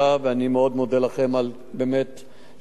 שהנושא הזה גם מתוקצב לשנים הקרובות.